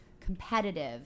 competitive